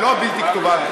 היא לא בלתי כתובה,